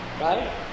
Right